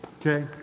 Okay